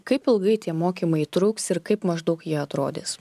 kaip ilgai tie mokymai truks ir kaip maždaug jie atrodys